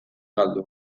galdu